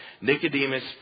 Nicodemus